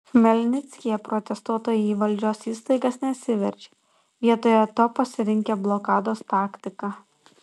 chmelnickyje protestuotojai į valdžios įstaigas nesiveržė vietoje to pasirinkę blokados taktiką